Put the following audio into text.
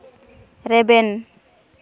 ᱨᱮᱵᱮᱱ